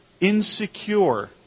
insecure